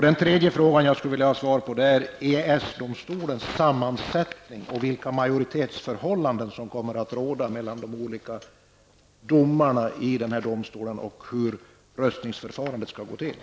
Min tredje fråga gäller EES-domstolens sammansättning, vilka majoritetsförhållanden som kommer att råda mellan de olika domarna i den här domstolen, och hur röstningsförfarandet skall gå till.